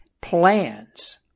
plans